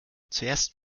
zuerst